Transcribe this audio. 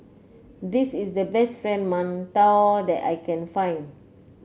this is the best Fried Mantou that I can find